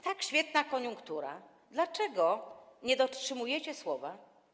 Tak świetna jest koniunktura, dlaczego nie dotrzymujecie słowa?